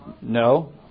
No